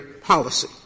policy